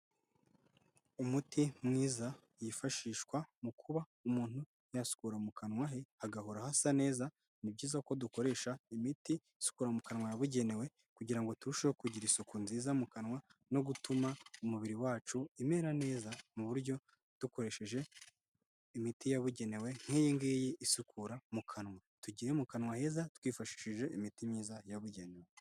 Umuti mwiza wifashishwa mu kuba umuntu yasukura mu kanwa he hagahora hasa neza. Ni byiza ko dukoresha imiti isukura mu kanwa yabugenewe kugira ngo turusheho kugira isuku nziza mu kanwa, no gutuma umubiri wacu imera neza mu buryo dukoresheje imiti yabugenewe nk'iyi ngiyi isukura mu kanwa. Tugire mu kanwa heza twifashishije imiti myiza yabugenewe.